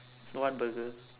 what burger